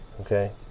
okay